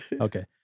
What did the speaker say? Okay